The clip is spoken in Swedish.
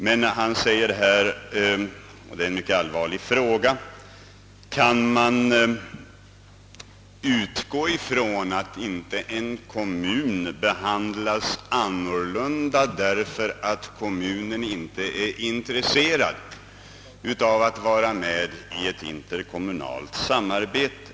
Herr Lothigius frågar emellertid — och det är en mycket allvarlig fråga: Kan man utgå ifrån att en kommun inte behandlas annorlunda, därför att kommunen inte är intresserad av att vara med i ett interkommunalt samarbete?